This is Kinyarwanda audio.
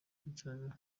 akurikiranyweho